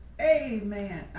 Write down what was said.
Amen